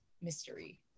mystery